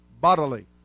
bodily